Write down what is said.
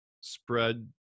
spread